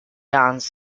hans